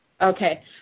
Okay